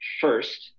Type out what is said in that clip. first